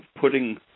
putting